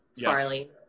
Farley